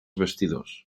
vestidors